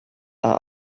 are